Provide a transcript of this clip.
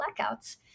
blackouts